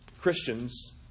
Christians